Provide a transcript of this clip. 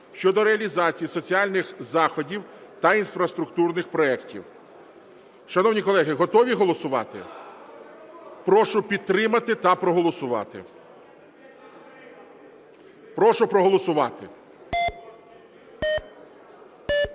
щодо реалізації соціальних заходів та інфраструктурних проектів. Шановні колеги, готові голосувати? Прошу підтримати та проголосувати. Прошу проголосувати.